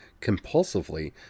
compulsively